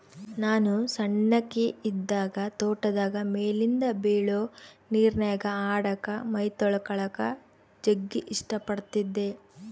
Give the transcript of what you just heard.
ನಾನು ಸಣ್ಣಕಿ ಇದ್ದಾಗ ತೋಟದಾಗ ಮೇಲಿಂದ ಬೀಳೊ ನೀರಿನ್ಯಾಗ ಆಡಕ, ಮೈತೊಳಕಳಕ ಜಗ್ಗಿ ಇಷ್ಟ ಪಡತ್ತಿದ್ದೆ